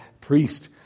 priest